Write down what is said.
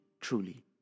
truly